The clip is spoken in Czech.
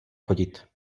chodit